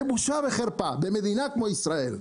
זה בושה וחרפה במדינה כמו ישראל,